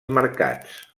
mercats